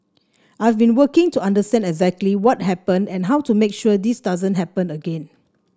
I've been working to understand exactly what happened and how to make sure this doesn't happen again